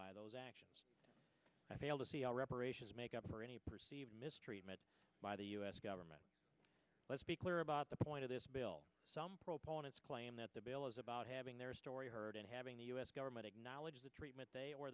by those actions i fail to see how reparations make up for any perceived mistreatment by the us government let's be clear about the point of this bill some proponents claim that the bill is about having their story heard and having the us government acknowledge the treatment they or